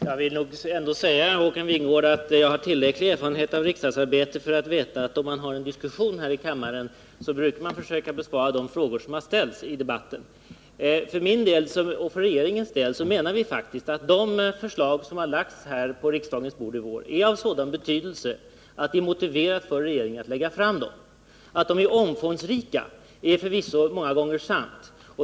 Herr talman! Jag vill nog ändå säga, Håkan Wingård, att jag har tillräcklig erfarenhet av riksdagsarbetet för att veta att då man har en diskussion här i kammaren brukar man försöka besvara de frågor som ställs i debatten. Regeringen menar faktiskt att de förslag som lagts på riksdagens bord i vår är av sådan betydelse att det är motiverat för regeringen att lägga fram dem. Att de är omfångsrika är förvisso många gånger sant.